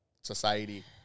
society